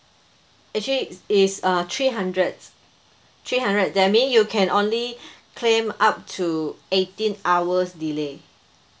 actually it's uh three hundred three hundred that mean you can only claim up to eighteen hours delay